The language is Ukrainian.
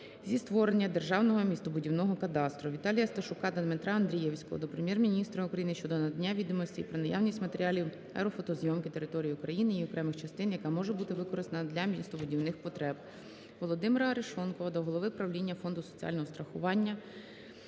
зі створення державного містобудівного кадастру. Віталія Сташука та Дмитра Андрієвського до Прем'єр-міністра України щодо надання відомостей про наявність матеріалів аерофотозйомки території України (її окремих частин), яка може бути використана для містобудівних потреб. Володимира Арешонкова до голови правління Фонду соціального страхування